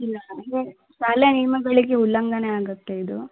ಇಲ್ಲ ಇವಾಗ ಶಾಲೆ ನಿಯಮಗಳಿಗೆ ಉಲ್ಲಂಘನೆ ಆಗುತ್ತೆ ಇದು